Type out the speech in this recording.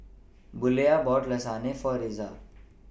Buelah bought Lasagne For Iza